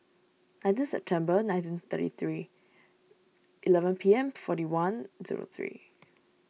nineteen September nineteen thirty three eleven P M forty one zero three